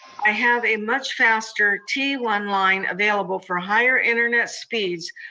i have a much faster t one line available for higher internet speeds,